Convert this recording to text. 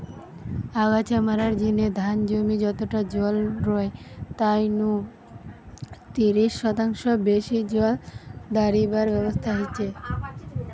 আগাছা মারার জিনে ধান জমি যতটা জল রয় তাই নু তিরিশ শতাংশ বেশি জল দাড়িবার ব্যবস্থা হিচে